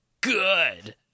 good